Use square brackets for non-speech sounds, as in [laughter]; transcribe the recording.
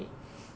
[breath]